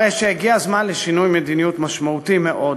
הרי שהגיע הזמן לשינוי מדיניות משמעותי מאוד.